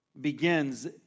begins